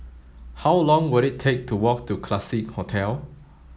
how long will it take to walk to Classique Hotel